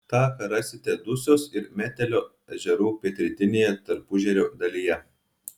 taką rasite dusios ir metelio ežerų pietrytinėje tarpuežerio dalyje